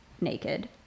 naked